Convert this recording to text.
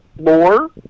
more